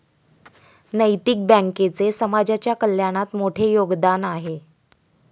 नैतिक बँकेचे समाजाच्या कल्याणात मोठे योगदान आहे